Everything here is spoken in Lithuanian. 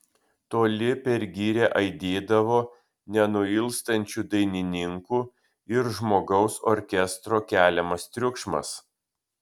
toli per girią aidėdavo nenuilstančių dainininkų ir žmogaus orkestro keliamas triukšmas